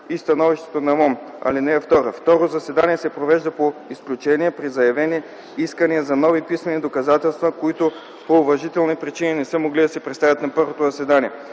и становището на МОМН. (2) Второ заседание се провежда по изключение при заявени искания за нови писмени доказателства, които по уважителни причини не са могли да се представят на първото заседание.